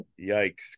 Yikes